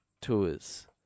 tours